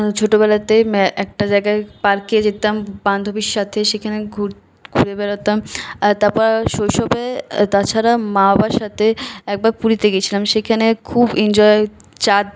ছোটবেলাতে একটা জায়গায় পার্কে যেতাম বান্ধবীর সাথে সেখানে ঘুরে বেড়াতাম আর তারপর শৈশবে তাছাড়া মা বাবার সাথে একবার পুরীতে গেছিলাম সেখানে খুব এনজয় চাদ